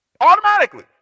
Automatically